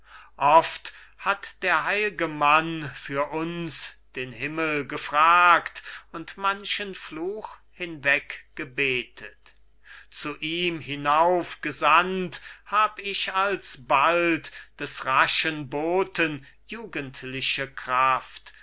oft hat der heil'ge mann für uns den himmel gefragt und manchen fluch hinweggebetet zu ihm hinauf gesandt hab ich alsbald des raschen boten jugendliche kraft